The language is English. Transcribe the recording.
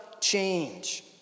change